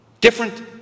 different